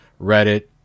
Reddit